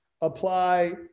apply